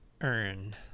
earn